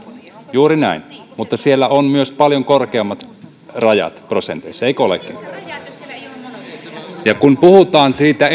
juuri näin mutta siellä on myös paljon korkeammat rajat prosenteissa eikö olekin kun puhutaan siitä